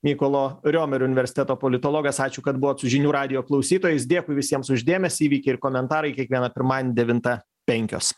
mykolo romerio universiteto politologas ačiū kad buvot su žinių radijo klausytojais dėkui visiems už dėmesį įvykiai ir komentarai kiekvieną pirmadienį devintą penkios